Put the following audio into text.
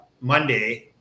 Monday